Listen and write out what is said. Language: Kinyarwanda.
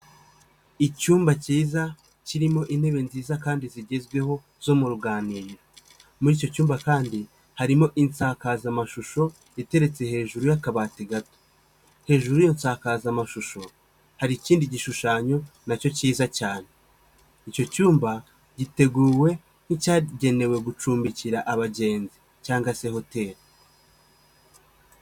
Icyumba cyiza kirimo intebe nziza kandi zigezweho zo mu ruganiriro. Muri icyo cyumba kandi harimo insakazamashusho iteretse hejuru y'akabati gato ,hejuru y'iyo nsakazamashusho hari ikindi gishushanyo nacyo cyiza cyane. Icyo cyumba giteguwe nk'icyagenewe gucumbikira abagenzi cyangwa se hoteli.